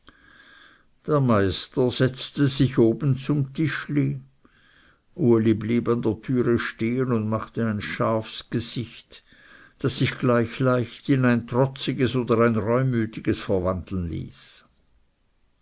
der meister setzte sich oben zum tischli uli blieb an der türe stehen und machte ein schafsgesicht das sich gleich leicht in ein trotziges oder ein reumütiges verwandeln ließ